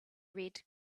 red